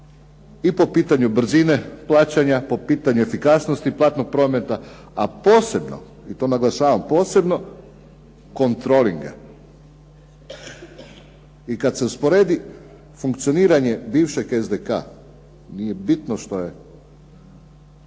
i po pitanju brzine plaćanja po pitanju efikasnosti platnog prometa, a posebno i to naglašavam posebno, kontrolinga. I kada se usporedi funkcioniranje bivšeg SDK-a nije bitno što je